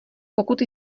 pokud